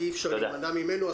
כי אי-אפשר להימנע ממנו,